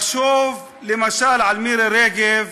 לחשוב, למשל, על מירי רגב